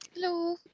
Hello